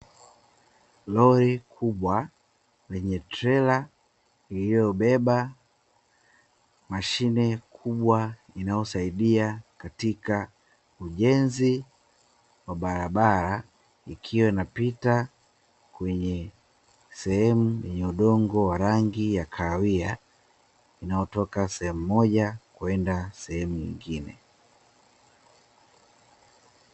Lori kubwa lenye trela lililobeba mashine kubwa inayosaidia katika ujenzi wa barabara, likiwa inapita kwenye sehemu yenye udongo wa rangi ya kahawia, inayotoka sehemu moja kwenda sehemu nyingine.